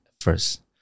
first